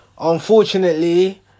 Unfortunately